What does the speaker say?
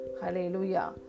Hallelujah